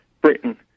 Britain